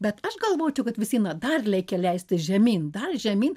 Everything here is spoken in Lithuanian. bet aš galvočiau kad visien dar leikia leisti žemyn dar žemyn